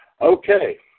Okay